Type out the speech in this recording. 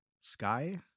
Sky